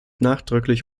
nachdrücklich